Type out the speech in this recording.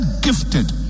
gifted